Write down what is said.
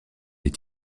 des